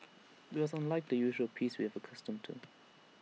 IT was unlike the usual peace we have accustomed to